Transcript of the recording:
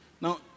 Now